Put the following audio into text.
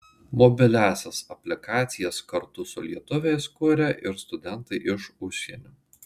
mobiliąsias aplikacijas kartu su lietuviais kuria ir studentai iš užsienio